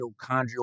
mitochondrial